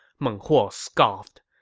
meng huo scoffed.